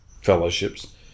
fellowships